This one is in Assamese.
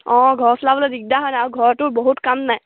অঁ ঘৰ চলাবলৈ দিগদাৰ হয় নাই আৰু ঘৰৰতো বহুত কাম নাই